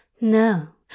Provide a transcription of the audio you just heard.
No